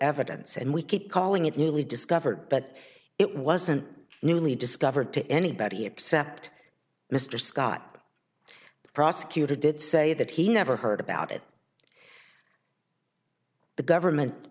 evidence and we keep calling it newly discovered but it wasn't newly discovered to anybody except mr scott the prosecutor did say that he never heard about it the government